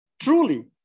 Truly